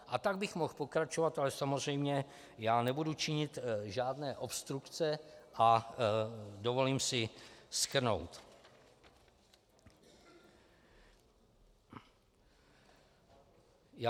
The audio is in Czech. A tak bych mohl pokračovat, ale samozřejmě nebudu činit žádné obstrukce a dovolím si shrnout.